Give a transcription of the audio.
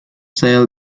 sail